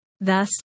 thus